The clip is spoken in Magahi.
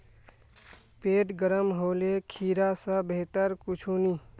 पेट गर्म होले खीरा स बेहतर कुछू नी